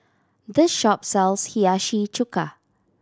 this shop sells Hiyashi Chuka